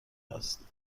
است